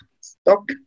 stock